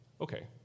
Okay